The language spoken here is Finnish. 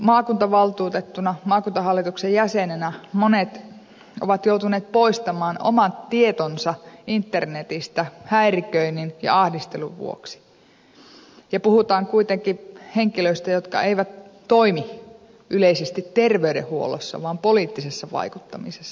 maakuntavaltuutettuna maakuntahallituksen jäsenenä monet ovat joutuneet poistamaan omat tietonsa internetistä häiriköinnin ja ahdistelun vuoksi ja puhutaan kuitenkin henkilöistä jotka eivät toimi yleisesti terveydenhuollossa vaan poliittisessa vaikuttamisessa